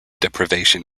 deprivation